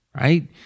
right